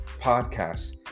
Podcast